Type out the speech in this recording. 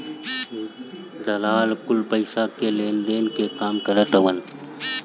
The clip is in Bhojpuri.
दलाल कुल पईसा के लेनदेन के काम करत हवन